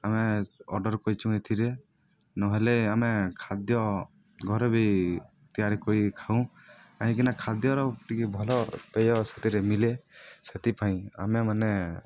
ଆମେ ଅର୍ଡ଼ର୍ କରିଛୁ ଏଥିରେ ନହେଲେ ଆମେ ଖାଦ୍ୟ ଘରେ ବି ତିଆରି କରିକି ଖାଉ କାହିଁକିନା ଖାଦ୍ୟର ଟିକିଏ ଭଲ ପେୟ ସେଥିରେ ମିଳେ ସେଥିପାଇଁ ଆମେ ମାନେ